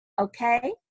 okay